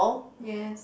yes